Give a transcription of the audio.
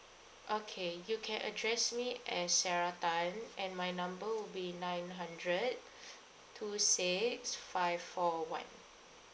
okay you can address me as sarah tan and my number would be nine hundred two six five four one